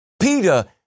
Peter